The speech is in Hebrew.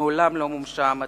מעולם לא מומשה המטרה.